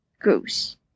Goose